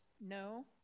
no